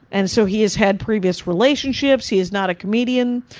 and so he has had previous relationships, he is not a comedian,